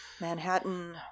Manhattan